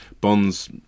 bonds